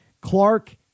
Clark